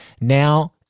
now